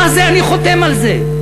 אני חותם על זה.